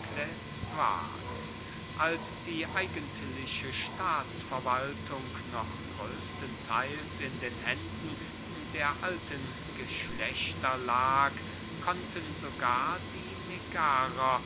als die eigentliche staatsverwaltung noch größtentheils in den händen der alten geschlechter lag konnten sogar die megarer